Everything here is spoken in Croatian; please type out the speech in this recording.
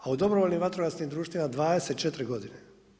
A u dobrovoljnim vatrogasnim društvima 24 godine.